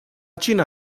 cina